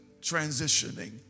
transitioning